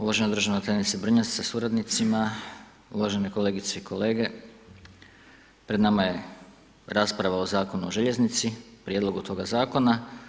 Uvažena državna tajnice Brnjas sa suradnicima, uvažene kolegice i kolege, pred nama je rasprava o Zakonu o željeznici, prijedlogu toga Zakona.